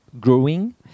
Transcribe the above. growing